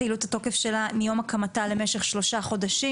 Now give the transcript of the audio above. פעילות התוקף שלה מיום הקמתה למשך שלושה חודשים,